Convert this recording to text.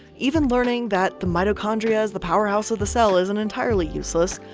even learning that the mitochondria, is the powerhouse of the cell, isn't entirely useless.